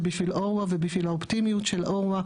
זה בשביל עורווה ובשביל האופטימיות של עורווה,